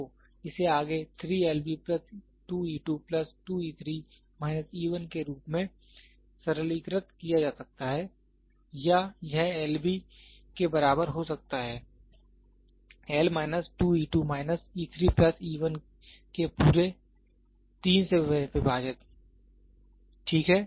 तो इसे आगे 3 L B plus 2 e 2 plus 2 e 3 minus e 1 के रूप में सरलीकृत किया जा सकता है या यह L B के बराबर हो सकता है L minus 2 e2 minus e 3 plus e 1 पूरे 3 से विभाजित ठीक है